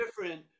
different